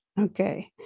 Okay